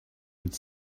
would